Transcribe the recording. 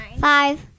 Five